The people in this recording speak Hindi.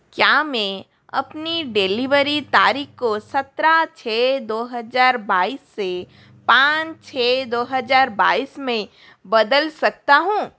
क्या मैं अपनी डिलीवरी तारीख को सत्रह छ दो हजार बाईस से पाँच छ दो हजार बाईस में बदल सकता हूँ